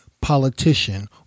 politician